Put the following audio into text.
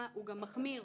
ואני מצטט: "מי יודע,